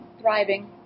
thriving